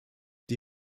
die